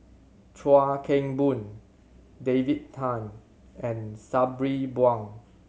Chuan Keng Boon David Tham and Sabri Buang